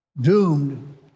doomed